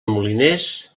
moliners